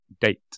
date